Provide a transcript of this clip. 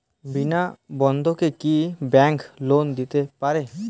বিনা বন্ধকে কি bank loan দিতে পারে?